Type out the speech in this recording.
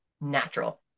natural